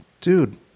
dude